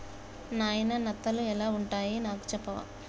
నాయిన నత్తలు ఎలా వుంటాయి నాకు సెప్పవా